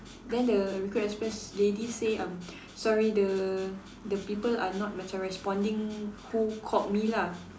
then the recruit express lady say um sorry the the people are not macam responding who called me lah